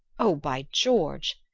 oh, by george,